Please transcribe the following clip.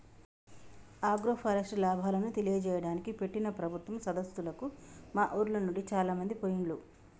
agroforest లాభాలను తెలియజేయడానికి పెట్టిన ప్రభుత్వం సదస్సులకు మా ఉర్లోనుండి చాలామంది పోయిండ్లు